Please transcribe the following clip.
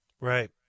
Right